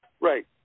Right